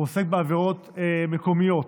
הוא עוסק בעבירות מקומיות,